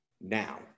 now